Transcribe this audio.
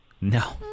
No